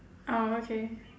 oh okay